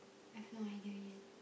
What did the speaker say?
I've no idea yet